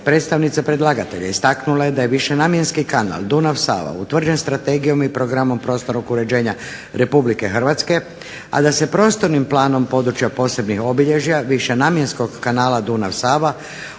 predstavnica predlagatelja istaknula je da je višenamjenski kanal Dunav-Sava utvrđen Strategijom i Programom prostornog uređenje Republike Hrvatske, a da se Prostornim planom područja posebnih obilježja višenamjenskom kanala Dunav-Sava